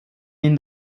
ihnen